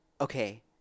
okay